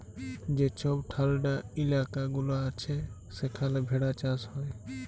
যে ছব ঠাল্ডা ইলাকা গুলা আছে সেখালে ভেড়া চাষ হ্যয়